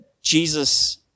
Jesus